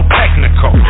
technical